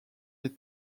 les